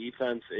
defense